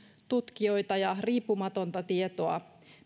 tutkijoita ja riippumatonta tietoa